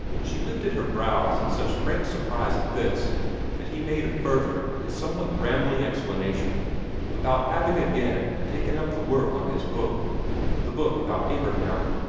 she lifted her brows in such frank surprise at this that he made a further and somewhat rambling explanation about having again taken up the work on his book the book about abraham.